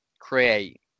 create